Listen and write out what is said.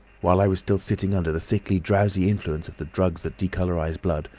while i was still sitting under the sickly, drowsy influence of the drugs that decolourise blood,